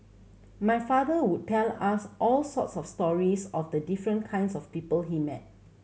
my father would tell us all sorts of stories of the different kinds of people he met